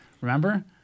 Remember